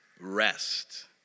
rest